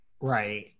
Right